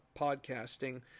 podcasting